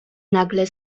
nagle